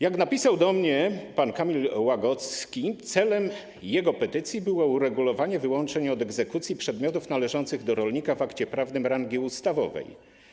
Jak napisał do mnie pan Kamil Łagocki, celem jego petycji było uregulowanie wyłączeń od egzekucji przedmiotów należących do rolnika w akcie prawnym rangi ustawowej.